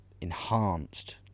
enhanced